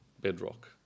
bedrock